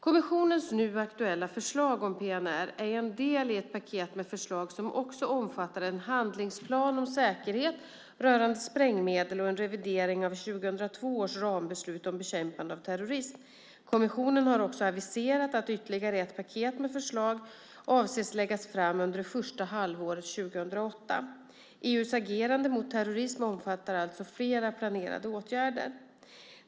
Kommissionens nu aktuella förslag om PNR är en del i ett paket med förslag som också omfattar en handlingsplan om säkerhet rörande sprängmedel och en revidering av 2002 års rambeslut om bekämpande av terrorism. Kommissionen har också aviserat att ytterligare ett paket med förslag avses att läggas fram under det första halvåret 2008. EU:s agerande mot terrorism omfattar alltså flera planerade åtgärder.